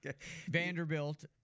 Vanderbilt